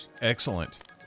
Excellent